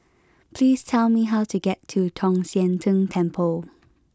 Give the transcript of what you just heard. please tell me how to get to Tong Sian Tng Temple